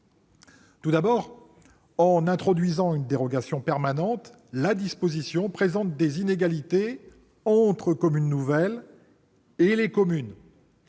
Tout d'abord, en introduisant une dérogation permanente, cette disposition induit des inégalités entre les communes nouvelles et les autres